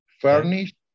furnished